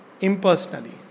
impersonally